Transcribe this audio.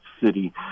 city